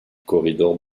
corridor